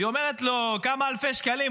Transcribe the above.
והיא אומרת לו: כמה אלפי שקלים.